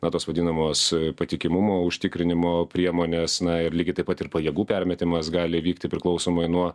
na tos vadinamos patikimumo užtikrinimo priemonės na ir lygiai taip pat ir pajėgų permetimas gali įvykti priklausomai nuo